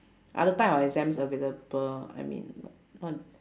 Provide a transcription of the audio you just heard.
other type of exams available I mean n~